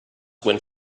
when